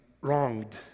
Wronged